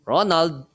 Ronald